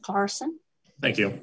carson thank you